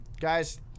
Guys